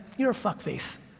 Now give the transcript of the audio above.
you're a fuck-face,